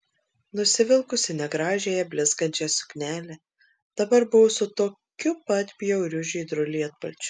nusivilkusi negražiąją blizgančią suknelę dabar buvo su tokiu pat bjauriu žydru lietpalčiu